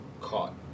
caught